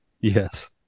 Yes